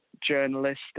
journalist